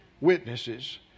witnesses